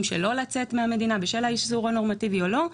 שלא לצאת מהמדינה בשל האיסור הנורמטיבי או לא?